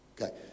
Okay